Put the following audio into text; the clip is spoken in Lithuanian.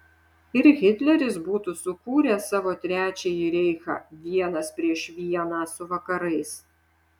ir hitleris būtų sukūręs savo trečiąjį reichą vienas prieš vieną su vakarais